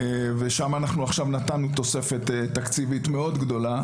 עכשיו נתנו שם תוספת תקציבית מאוד גדולה